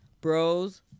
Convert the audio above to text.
Bros